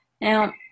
Now